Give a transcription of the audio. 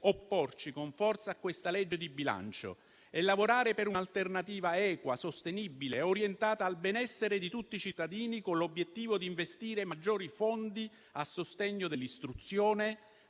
opporci con forza a questa manovra di bilancio e lavorare per un'alternativa equa, sostenibile e orientata al benessere di tutti i cittadini, con l'obiettivo di investire maggiori fondi a sostegno dell'istruzione,